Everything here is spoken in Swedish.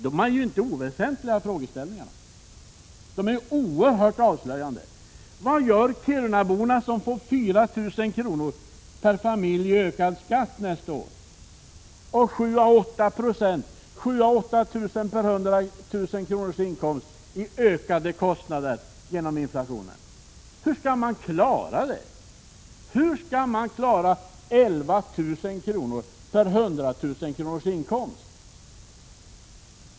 Det är inga oväsentliga frågeställningar. De är oerhört avslöjande. Vad gör kirunaborna som nästa år får en ökad skatt med 4 000 kr. per familj och genom inflationen ökade kostnader med 7 000-8 000 kr. per 100 000 kronors inkomst? Hur skall de klara det? Hur skall de klara kostnader på 11 000 kr. per 100 000 kronors inkomst?